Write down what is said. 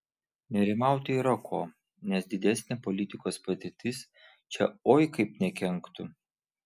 nerimauti yra ko nes didesnė politikos patirtis čia oi kaip nekenktų